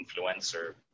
influencer